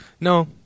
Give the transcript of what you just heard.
No